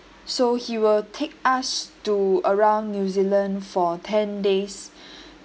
so he will take us to around new zealand for ten days